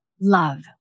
love